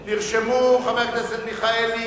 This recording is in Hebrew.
נרשמו: חבר הכנסת מיכאלי,